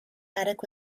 attic